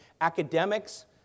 Academics